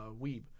Weeb